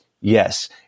yes